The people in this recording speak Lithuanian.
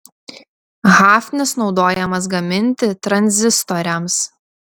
hafnis naudojamas gaminti tranzistoriams